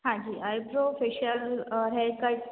हाँ जी eyebrow facial और हेयरकट